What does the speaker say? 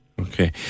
Okay